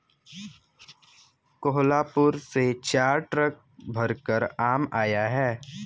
कोहलापुर से चार ट्रक भरकर आम आया है